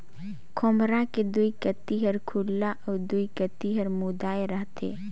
खोम्हरा के दुई कती हर खुल्ला अउ दुई कती हर मुदाए रहथे